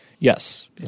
Yes